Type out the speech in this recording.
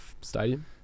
Stadium